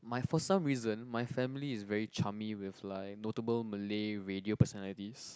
my for some reason my family is very chummy with like notable Malay radio personalities